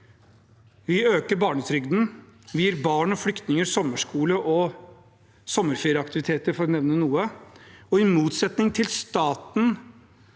Vi øker barnetrygden, og vi gir barn og flyktninger sommerskole og sommerferieaktiviteter, for å nevne noe. I motsetning til staten